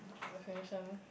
I'm gonna finish them